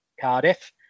Cardiff